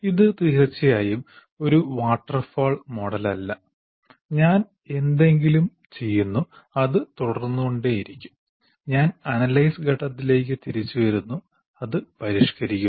ഇത് തീർച്ചയായും ഒരു വാട്ടർഫാൾ മോഡലല്ല ഞാൻ എന്തെങ്കിലും ചെയ്യുന്നു അത് തുടർന്നുകൊണ്ടേയിരിക്കും ഞാൻ അനലൈസ് ഘട്ടത്തിലേക്ക് തിരിച്ചുവരുന്നു അത് പരിഷ്ക്കരിക്കുന്നു